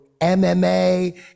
mma